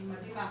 היא מדהימה.